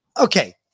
Okay